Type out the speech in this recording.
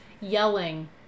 yelling